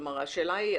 השאלה היא..